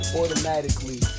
automatically